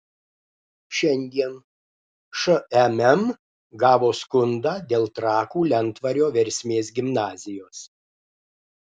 šiandien šmm gavo skundą dėl trakų lentvario versmės gimnazijos